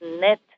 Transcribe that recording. net